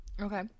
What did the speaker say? Okay